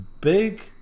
big